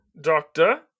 doctor